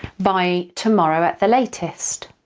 by tomorrow at the latest.